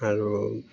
আৰু